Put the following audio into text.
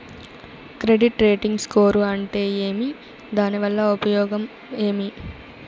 Credit rating score అంటే ఏమి దాని వల్ల ఉపయోగం ఏమి?